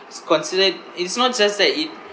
s~ considered it's not just that it